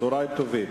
צהריים טובים.